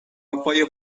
وفای